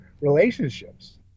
relationships